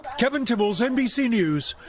kevin tibbles, nbc news,